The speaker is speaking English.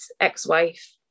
ex-wife